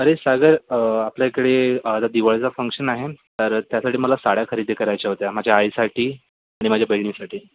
अरे सागर आपल्या इकडे आता दिवाळीचा फंक्शन आहे ना तर त्यासाठी मला साड्या खरेदी करायच्या होत्या माझ्या आईसाठी आणि माझ्या बहिणीसाठी